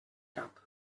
cap